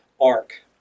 arc